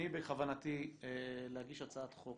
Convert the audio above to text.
בכוונתי להגיש הצעת חוק